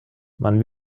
man